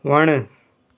वणु